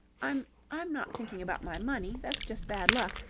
i'm. i'm not thinking about my money. that's just bad luck.